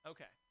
Okay